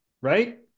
right